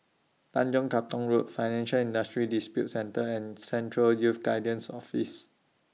Tanjong Katong Road Financial Industry Disputes Centre and Central Youth Guidance Office